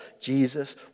Jesus